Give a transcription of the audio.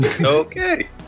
okay